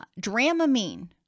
Dramamine